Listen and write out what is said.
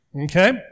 Okay